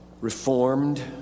reformed